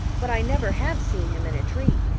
but i never have seen him in a tree.